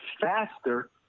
faster